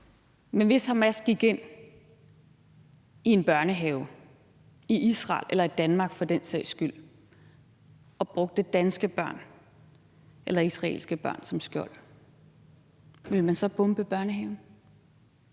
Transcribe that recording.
men hvis Hamas gik ind i en børnehave i Israel eller i Danmark for den sags skyld og brugte danske børn eller israelske børn som skjold, ville man så bombe børnehaven?